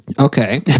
Okay